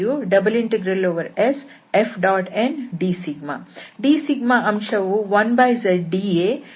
d ಅಂಶವು 1zdA ಹಾಗೂ ಈ Fn ಕೇವಲ z